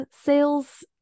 sales